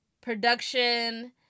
production